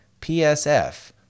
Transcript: PSF